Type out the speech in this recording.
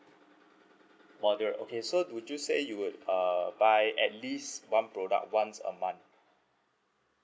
moderate okay so would you say you would uh buy at least one product once a month